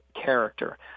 character